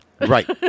Right